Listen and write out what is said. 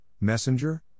Messenger